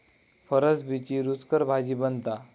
फरसबीची रूचकर भाजी बनता